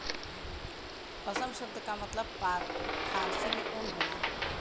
पसम सब्द का मतलब फारसी में ऊन होला